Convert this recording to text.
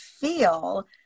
feel